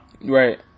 Right